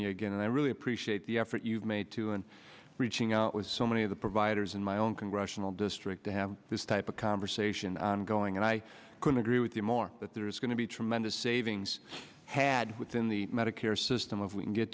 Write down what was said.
you again and i'm appreciate the effort you've made to and reaching out with so many of the providers in my own congressional district to have this type of conversation ongoing and i couldn't agree with you more but there's going to be tremendous savings had within the medicare system of we can get